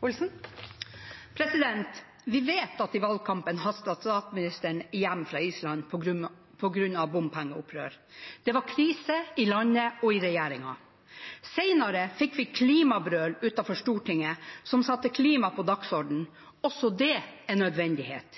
var krise i landet og i regjeringen. Senere fikk vi klimabrøl utenfor Stortinget, som satte klima på dagsordenen – også det en nødvendighet.